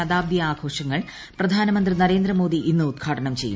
ശതാബ്ദിയാഘോഷങ്ങൾ പ്രധാനമന്ത്രി നരേന്ദ്ര മോദി ഇന്ന് ഉദ്ഘാടനം ചെയ്യും